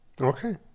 Okay